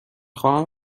خواهم